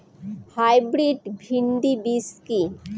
Hybrid ভীন্ডি বীজ কি?